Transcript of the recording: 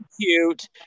cute